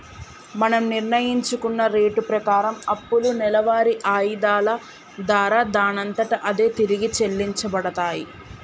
మనం నిర్ణయించుకున్న రేటు ప్రకారం అప్పులు నెలవారి ఆయిధాల దారా దానంతట అదే తిరిగి చెల్లించబడతాయి